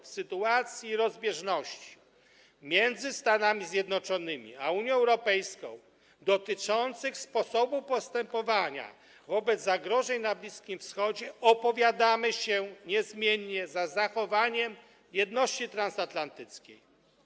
W sytuacji rozbieżności między Stanami Zjednoczonymi a Unia Europejską dotyczących sposobu postępowania wobec zagrożeń na Bliskim Wschodzie opowiadamy się niezmiennie za zachowaniem jedności transatlantyckiej.